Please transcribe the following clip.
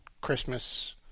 Christmas